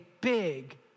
big